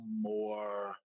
more